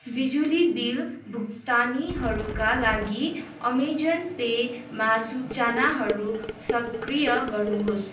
बिजुली बिल भुक्तानीहरूका लागि एमाजोन पेमा सूचनाहरू सक्रिय गर्नुहोस्